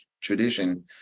tradition